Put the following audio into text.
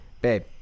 Babe